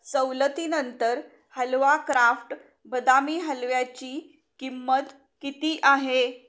सवलतीनंतर हलवा क्राफ्ट बदामी हलव्याची किंमत किती आहे